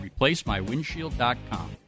ReplaceMyWindshield.com